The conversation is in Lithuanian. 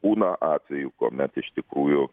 būna atvejų kuomet iš tikrųjų